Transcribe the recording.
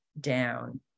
down